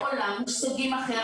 זה עולם מושגים אחר,